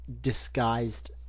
disguised